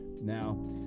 now